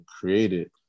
created